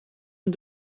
een